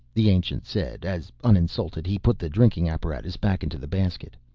the ancient said as, uninsulted, he put the drinking apparatus back into the basket.